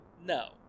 No